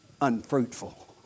unfruitful